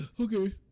Okay